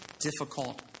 difficult